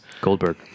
Goldberg